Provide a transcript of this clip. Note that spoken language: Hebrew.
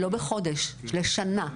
לא בחודש, לשנה,